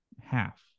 half